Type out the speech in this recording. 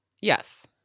Yes